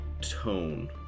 tone